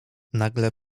nagle